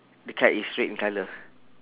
the kite is red in colour